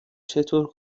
چطور